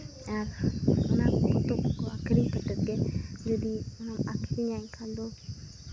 ᱟᱨ ᱚᱱᱟ ᱯᱚᱛᱚᱵ ᱠᱚ ᱟᱹᱠᱷᱨᱤᱧ ᱠᱟᱛᱮᱫ ᱜᱮ ᱡᱚᱫᱤ ᱟᱹᱠᱷᱨᱤᱧᱟᱧ ᱮᱱᱠᱷᱟᱱ ᱫᱚ